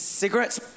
cigarettes